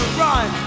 run